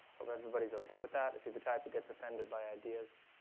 hope everybody's okay with that. if you're the type who gets offended by ideas,